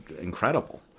incredible